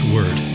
Word